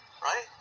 Right